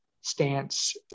stance